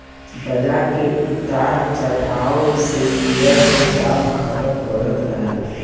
बाजार के उतार चढ़ाव से शेयर के दाम घटत बढ़त रहेला